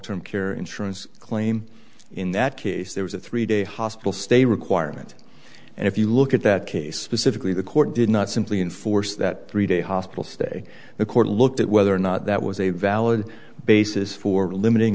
term care insurance claim in that case there was a three day hospital stay requirement and if you look at that case pacifically the court did not simply enforce that three day hospital stay the court looked at whether or not that was a valid basis for limiting